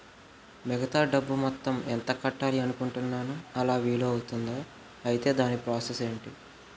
మిగతా డబ్బు మొత్తం ఎంత కట్టాలి అనుకుంటున్నాను అలా వీలు అవ్తుంధా? ఐటీ దాని ప్రాసెస్ ఎంటి?